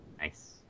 Nice